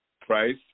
price